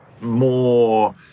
more